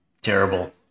terrible